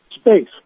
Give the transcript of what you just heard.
Space